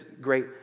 great